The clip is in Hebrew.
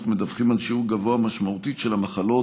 מדווחים על שיעור גבוה משמעותית של מחלות